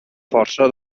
força